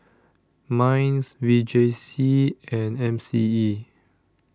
Minds V J C and M C E